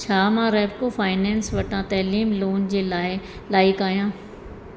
छा मां रेप्को फाइनेंस वटां तैलीम लोन जे लाइ लाइकु आहियां